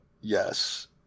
Yes